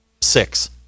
Six